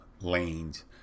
lanes